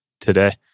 today